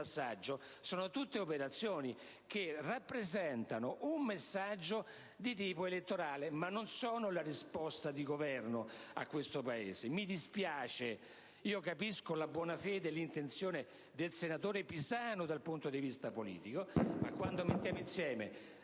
passaggio dopo passaggio), è solo un messaggio di tipo elettoralistico, ma che non è una risposta di governo a questo Paese. Mi dispiace, e capisco la buona fede e l'intenzione del senatore Pisanu dal punto di vista politico: ma quando mettiamo insieme